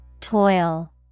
Toil